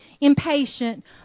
impatient